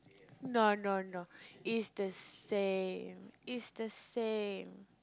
no no no is the same is the same